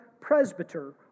presbyter